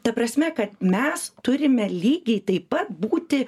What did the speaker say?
ta prasme kad mes turime lygiai taip pat būti